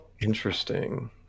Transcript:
interesting